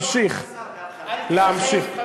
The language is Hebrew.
בגלל זה לא היה שר